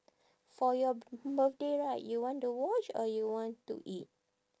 for your birthday right you want the watch or you want to eat